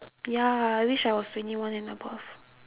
ya I wish I was twenty one and above